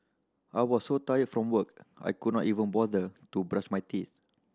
I was so tired from work I could not even bother to brush my teeth